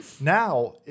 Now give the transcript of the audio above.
Now